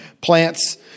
plants